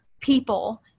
people